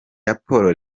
raporo